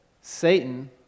Satan